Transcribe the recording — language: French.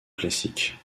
classique